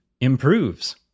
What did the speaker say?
improves